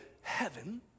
heaven